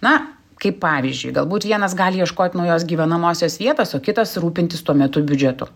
na kaip pavyzdžiui galbūt vienas gali ieškot naujos gyvenamosios vietos o kitas rūpintis tuo metu biudžetu